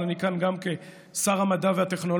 אבל אני כאן גם כשר המדע והטכנולוגיה.